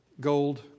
gold